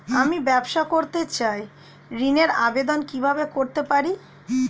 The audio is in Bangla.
আমি ব্যবসা করতে চাই ঋণের আবেদন কিভাবে করতে পারি?